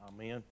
Amen